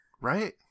right